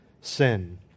sin